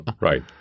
Right